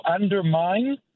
undermine